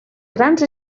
grans